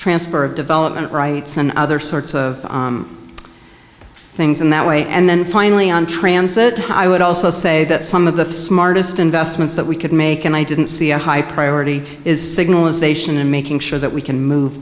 transfer of development rights and other sorts of things in that way and then finally on transit i would also say that some of the smartest investments that we could make and i didn't see a high priority is signaling station and making sure that we can move